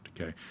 Okay